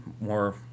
more